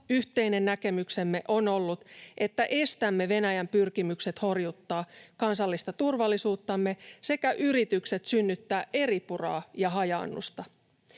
yhteinen näkemyksemme on ollut, että estämme Venäjän pyrkimykset horjuttaa kansallista turvallisuuttamme sekä yritykset synnyttää eripuraa ja hajaannusta.